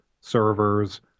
servers